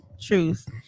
truth